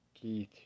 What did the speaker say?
Keith